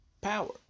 power